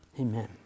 Amen